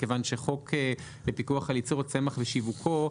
מכיוון שחוק לפיקוח לייצור הצמח ושיווקו,